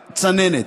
מהצננת.